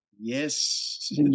yes